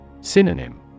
Synonym